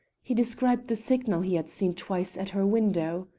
he described the signal he had seen twice at her window.